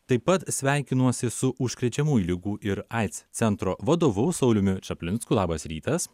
taip pat sveikinuosi su užkrečiamųjų ligų ir aids centro vadovu sauliumi čaplinsku labas rytas